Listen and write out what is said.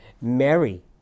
Mary